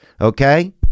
Okay